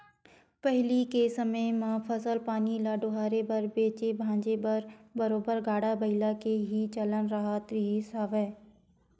पहिली के समे म फसल पानी ल डोहारे बर बेंचे भांजे बर बरोबर गाड़ा बइला के ही चलन राहत रिहिस हवय